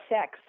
Sex